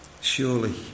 Surely